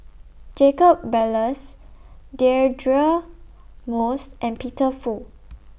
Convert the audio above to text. Jacob Ballas Deirdre Moss and Peter Fu